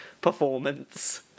performance